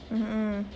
mmhmm